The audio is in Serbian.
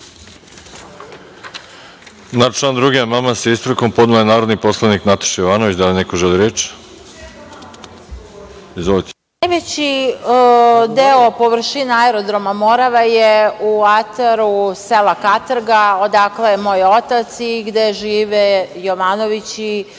Najveći deo, površina aerodroma Morava je u ataru sela Katrga, odakle je moj oca i gde žive Jovanovići,